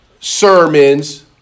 sermons